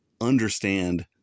understand